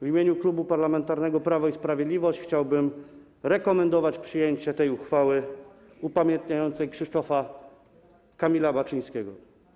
W imieniu Klubu Parlamentarnego Prawo i Sprawiedliwość chciałbym rekomendować przyjęcie uchwały upamiętniającej Krzysztofa Kamila Baczyńskiego.